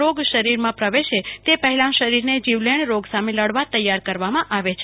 રોગ શરીરમાં પ્રવેશે તે પહેલા શરીરને જીવલેણ રોગ સામે લડવા તૈયાર કરવામાંઆવે છે